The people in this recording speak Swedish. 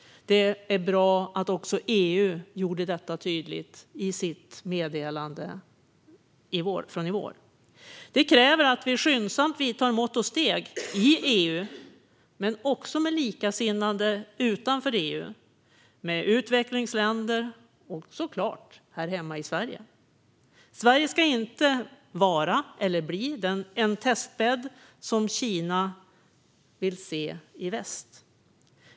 Det är bra att också EU gjorde detta tydligt i sitt meddelande från i våras. Det kräver att vi skyndsamt vidtar mått och steg i EU men också med likasinnade utanför EU, med utvecklingsländer och såklart här hemma i Sverige. Sverige ska inte vara eller bli en testbädd, som Kina vill se i väst.